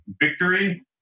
victory